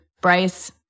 Bryce